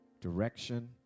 direction